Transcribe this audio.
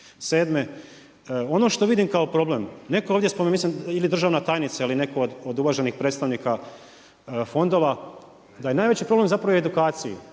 sedme. Ono što vidim kao problem. Netko je ovdje spominjao ili državna tajnica ili netko od uvaženih predstavnika fondova, da je najveći problem zapravo u edukaciji.